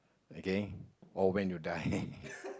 okay or when you die